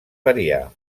variar